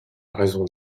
raison